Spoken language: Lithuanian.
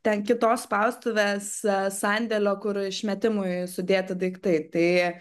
ten kitos spaustuvės sandėlio kur išmetimui sudėti daiktai tai